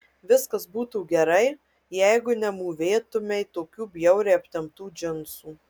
viskas būtų gerai jeigu nemūvėtumei tokių bjauriai aptemptų džinsų